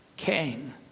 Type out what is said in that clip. king